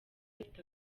ifite